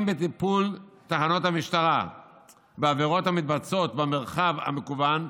בטיפול תחנות המשטרה בעבירות המתבצעות במרחב המקוון,